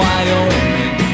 Wyoming